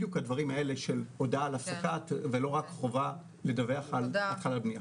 בדיוק הדברים האלה של הודעה לספק ולא רק חובה לדווח על התחלת בניה.